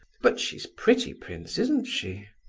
but she's pretty, prince, isn't she?